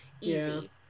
Easy